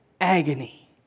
agony